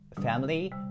family